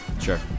Sure